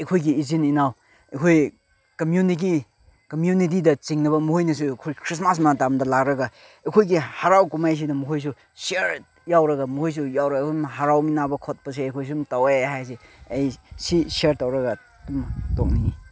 ꯑꯩꯈꯣꯏꯒꯤ ꯏꯆꯤꯟ ꯏꯅꯥꯎ ꯑꯩꯈꯣꯏ ꯀꯃ꯭ꯌꯨꯅꯤꯇꯤ ꯀꯃ꯭ꯌꯨꯅꯤꯇꯤꯗ ꯆꯤꯡꯅꯕ ꯃꯣꯏꯅꯁꯨ ꯑꯩꯈꯣꯏ ꯈ꯭ꯔꯤꯁꯃꯥꯁ ꯃꯇꯝꯗ ꯂꯥꯛꯂꯒ ꯑꯩꯈꯣꯏꯒꯤ ꯍꯔꯥꯎ ꯀꯨꯝꯍꯩꯁꯤꯗ ꯃꯈꯣꯏꯁꯨ ꯁꯤꯌꯥꯔ ꯌꯥꯎꯔꯒ ꯃꯣꯏꯁꯨ ꯌꯥꯎꯔꯒ ꯑꯗꯨꯝ ꯍꯔꯥꯎꯃꯤꯟꯅꯕ ꯈꯣꯠꯄꯁꯦ ꯑꯩꯈꯣꯏ ꯁꯨꯝ ꯇꯧꯋꯦ ꯍꯥꯏꯁꯦ ꯑꯩ ꯁꯤ ꯁꯤꯌꯥꯔ ꯇꯧꯔꯒ ꯑꯗꯨꯝ ꯇꯣꯛꯅꯤꯡꯉꯤ